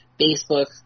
Facebook